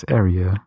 area